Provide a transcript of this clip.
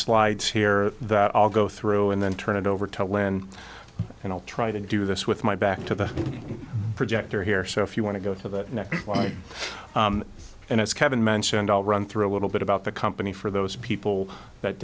slides here that i'll go through and then turn it over to len and i'll try to do this with my back to the projector here so if you want to go to the next light and as kevin mentioned all run through a little bit about the company for those people that